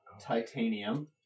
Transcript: titanium